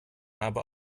aber